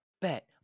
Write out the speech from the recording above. Bet